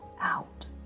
out